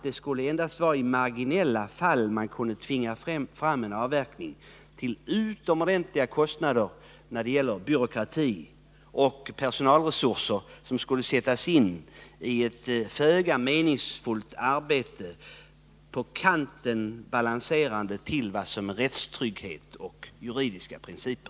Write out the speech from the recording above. Det är endast i marginella fall man skulle kunna tvinga fram en avverkning, till utomordentligt stora kostnader när det gäller byråkrati och personalresurser, som skulle sättas in i ett föga meningsfullt arbete, balanserande på kanten av rättstryggheten och andra juridiska principer.